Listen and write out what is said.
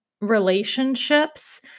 relationships